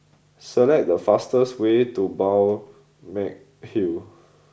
select the fastest way to Balmeg Hill